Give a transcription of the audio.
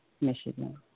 Michigan